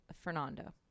Fernando